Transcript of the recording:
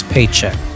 Paycheck